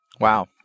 Wow